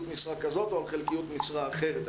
משרה כזאת או על חלקיות משרה אחרת.